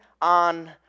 on